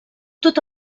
tot